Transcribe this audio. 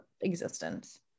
existence